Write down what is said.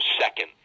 second